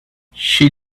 she